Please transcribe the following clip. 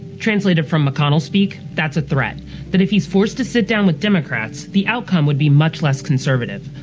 translated from mcconnell-speak, that's a threat that if he's forced to sit down with democrats, the outcome would be much less conservative.